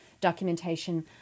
documentation